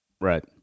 Right